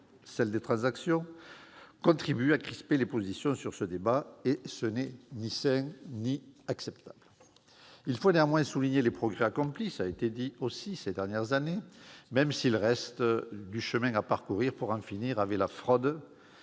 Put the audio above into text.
celle des transactions contribuent à la crispation des positions sur ce débat, ce qui n'est ni sain ni acceptable. Il faut néanmoins souligner les progrès accomplis ces dernières années. Même s'il reste du chemin à parcourir pour en finir avec la fraude,